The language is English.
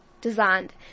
designed